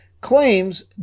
claims